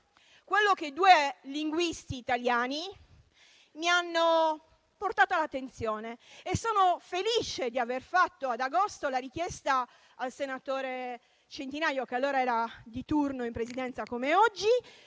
quello che due linguisti italiani mi hanno portato all'attenzione e sono felice di aver fatto ad agosto la richiesta al senatore Centinaio, che allora era di turno in Presidenza, come oggi.